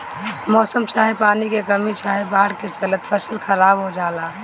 मौसम चाहे पानी के कमी चाहे बाढ़ के चलते फसल खराब हो जला